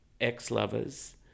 ex-lovers